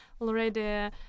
already